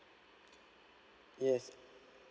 yes